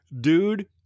Dude